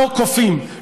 לא כופים,